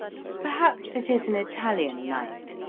perhaps it is an italian night.